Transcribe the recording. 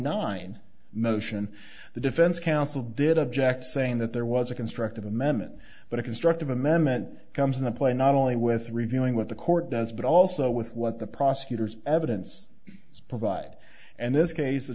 nine motion the defense counsel did object saying that there was a constructive amendment but a constructive amendment comes into play not only with revealing what the court does but also with what the prosecutors evidence provide and this case the